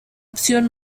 opción